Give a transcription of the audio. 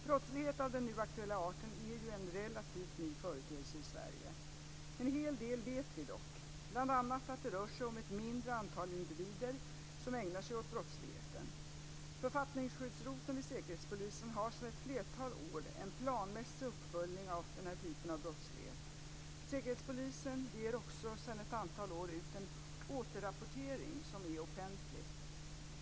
Brottslighet av den nu aktuella arten är ju en relativt ny företeelse i Sverige. En hel del vet vi dock, bl.a. att det rör sig om ett mindre antal individer som ägnar sig åt brottsligheten. Författningsskyddsroteln vid säkerhetspolisen har sedan ett flertal år en planmässig uppföljning av denna typ av brottslighet. Säkerhetspolisen ger också sedan ett antal år ut en återrapportering som är offentlig.